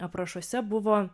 aprašuose buvo